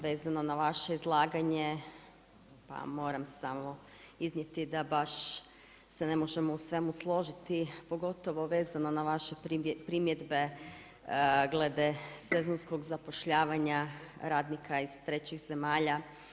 Vezano na vaše izlaganje pa moram samo iznijeti da baš se ne možemo u svemu složiti, pogotovo vezano na vaše primjedbe glede sezonskog zapošljavanja radnika iz trećih zemalja.